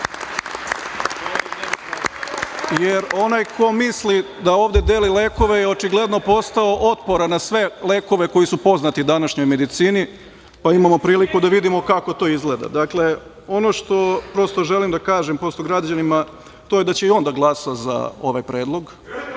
jer onaj ko misli da ovde deli lekove je očigledno postao otporan na sve lekove koji su poznati današnjoj medicini, pa imamo priliku da vidimo kako to izgleda. Ono što želim da kažem građanima to je da će i on da glasa za ovaj predlog,